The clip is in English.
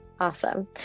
Awesome